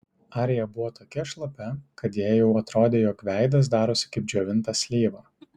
arija buvo tokia šlapia kad jai jau atrodė jog veidas darosi kaip džiovinta slyva